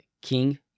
king